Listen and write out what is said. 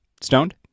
Stoned